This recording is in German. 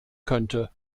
könnte